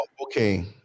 okay